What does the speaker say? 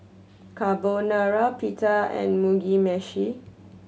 Carbonara Pita and Mugi Meshi